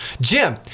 Jim